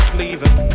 leaving